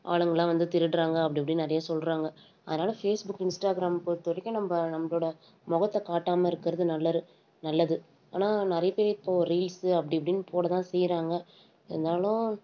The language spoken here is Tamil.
ஆளுங்கள்லாம் வந்து திருடுறாங்க அப்படி இப்படின்னு நிறைய சொல்கிறாங்க அதனால் ஃபேஸ்புக் இன்ஸ்டாகிராம் பொறுத்த வரைக்கும் நம்ம நம்மளோட முகத்த காட்டாமல் இருக்கிறது நல்லது நல்லது ஆனால் நிறைய பேர் இப்போது ரீல்ஸு அப்படி இப்படின்னு போட தான் செய்கிறாங்க இருந்தாலும்